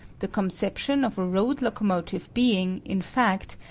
the conception of a road locomotive being, in fact,